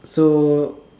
so